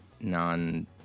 non